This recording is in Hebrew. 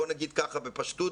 בוא נגיד ככה בפשטות,